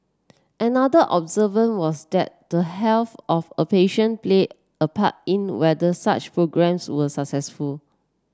another observant was that the health of a patient played a part in whether such programmes were successful